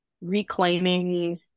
reclaiming